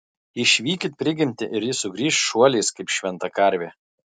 išvykit prigimtį ir ji sugrįš šuoliais kaip šventa karvė